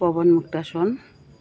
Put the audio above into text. পৱন মুুক্তাসন